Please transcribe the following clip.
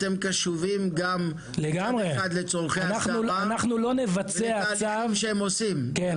אתם קשובים מצד אחד לצורכי ההסדרה ולתהליכים שהם עושים שהם עושים.